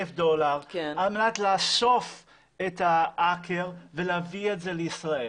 דולר על מנת לאסוף את העקר ולהביא את זה לישראל.